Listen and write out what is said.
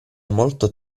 molto